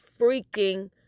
freaking